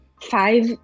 five